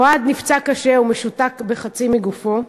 אוהד נפצע קשה, והוא משותק בחצי מגופו.